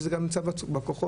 וזה גם נמצא בכוחות.